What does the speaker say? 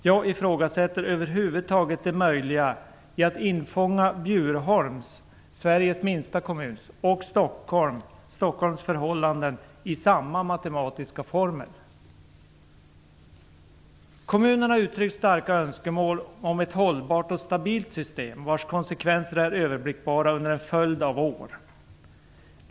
Jag ifrågasätter över huvud taget det möjliga i att infånga både Bjurholms, Sveriges minsta kommun, och Stockholms förhållanden inom samma matematiska formler. Kommunerna har uttryckt starka önskemål om ett hållbart och stabilt system vars konsekvenser är överblickbara under en följd av år.